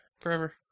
Forever